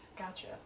Gotcha